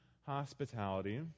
hospitality